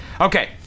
Okay